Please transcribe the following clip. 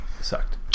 Sucked